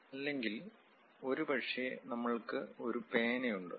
അല്ലെങ്കിൽ ഒരുപക്ഷേ നമ്മൾക്ക് ഒരു പേനയുണ്ട്